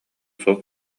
суох